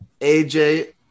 AJ